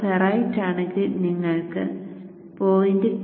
അത് ഫെറൈറ്റ് ആണെങ്കിൽ നിങ്ങൾക്ക് 0